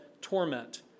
torment